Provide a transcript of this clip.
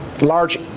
large